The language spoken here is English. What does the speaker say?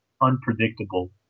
unpredictable